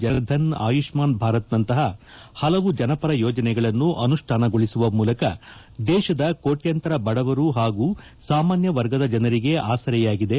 ಜನ್ಧನ್ ಆಯುಷ್ಠಾನ್ ಭಾರತ್ನಂತಹ ಹಲವು ಜನಪರ ಯೋಜನೆಗಳನ್ನು ಅನುಷ್ಠಾನಗೊಳಿಸುವ ಮೂಲಕ ದೇಶದ ಕೋಟ್ಲಂತರ ಬಡವರು ಹಾಗೂ ಸಾಮಾನ್ಯ ವರ್ಗದ ಜನರಿಗೆ ಆಸರೆಯಾಗಿದೆ